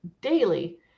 daily